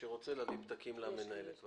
להעביר פתקים למנהלת הוועדה,